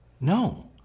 No